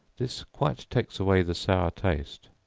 this quite takes away the sour taste,